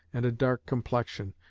and a dark complexion,